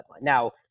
Now